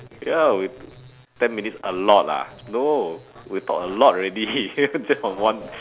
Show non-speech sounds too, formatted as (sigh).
ya we ten minutes a lot ah no we talk a lot already (laughs) just for one